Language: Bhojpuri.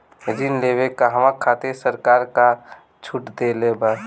ऋण लेवे कहवा खातिर सरकार का का छूट देले बा?